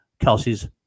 Kelsey's